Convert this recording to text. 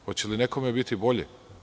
Hoće li nekome biti bolje?